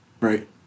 Right